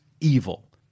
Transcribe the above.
evil